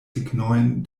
signojn